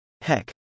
Heck